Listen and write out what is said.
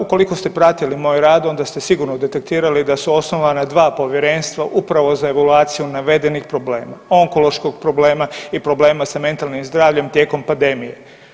Ukoliko ste pratili moj rad onda ste sigurno detektirali da su osnovana dva povjerenstva upravo za evaluaciju navedenih problema, onkološkog problema i problema sa mentalnim zdravljem tijekom pandemije.